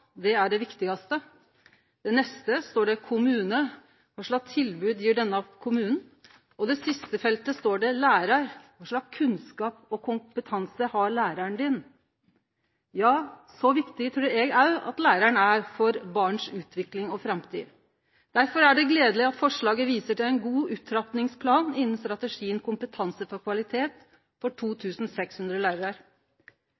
det er det viktigaste. På det neste feltet står det «kommune». Kva slags tilbod gjev denne kommunen? Og på det siste feltet står det «lærar». Kva slags kunnskap og kompetanse har læraren din? Ja, så viktig trur eg òg at læraren er for barns utvikling og framtid. Derfor er det gledeleg at forslaget viser til ein god opptrappingsplan innan strategien «Kompetanse for kvalitet» for